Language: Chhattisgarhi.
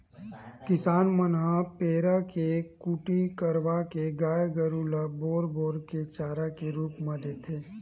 किसान मन ह पेरा के कुटी करवाके गाय गरु ल बोर बोर के चारा के रुप म देथे